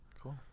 Cool